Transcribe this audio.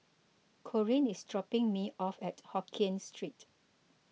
Corene is dropping me off at Hokien Street